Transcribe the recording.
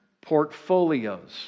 portfolios